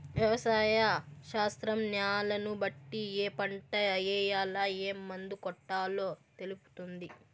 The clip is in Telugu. వ్యవసాయ శాస్త్రం న్యాలను బట్టి ఏ పంట ఏయాల, ఏం మందు కొట్టాలో తెలుపుతుంది